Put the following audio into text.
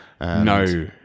No